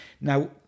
Now